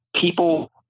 people